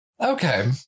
Okay